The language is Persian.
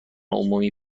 عمومی